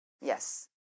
Yes